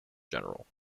general